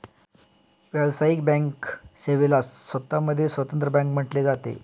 व्यावसायिक बँक सेवेला स्वतः मध्ये स्वतंत्र बँक म्हटले जाते